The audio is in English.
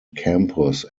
campus